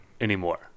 anymore